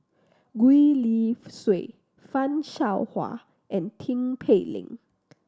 Gwee Li Sui Fan Shao Hua and Tin Pei Ling